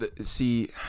See